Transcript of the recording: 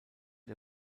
der